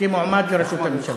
כמועמד לראשות הממשלה.